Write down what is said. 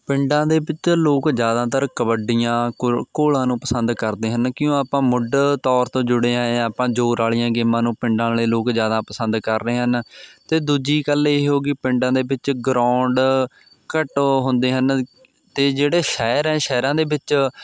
ਪਿੰਡਾਂ ਦੇ ਵਿੱਚ ਲੋਕ ਜ਼ਿਆਦਾਤਰ ਕਬੱਡੀਆਂ ਘੋ ਘੋਲਾਂ ਨੂੰ ਪਸੰਦ ਕਰਦੇ ਹਨ ਕਿਉਂ ਆਪਾਂ ਮੁੱਢ ਤੌਰ ਤੋਂ ਜੁੜੇ ਆਏ ਆਂ ਆਪਾਂ ਜ਼ੋਰ ਵਾਲੀਆਂ ਗੇਮਾਂ ਨੂੰ ਪਿੰਡਾਂ ਵਾਲੇ ਲੋਕ ਜ਼ਿਆਦਾ ਪਸੰਦ ਕਰ ਰਹੇ ਹਨ ਅਤੇ ਦੂਜੀ ਗੱਲ ਇਹ ਹੋ ਗਈ ਪਿੰਡਾਂ ਦੇ ਵਿੱਚ ਗਰੋਂਡ ਘੱਟੋ ਹੁੰਦੇ ਹਨ ਅਤੇ ਜਿਹੜੇ ਸ਼ਹਿਰ ਹੈ ਸ਼ਹਿਰਾਂ ਦੇ ਵਿੱਚ